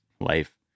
life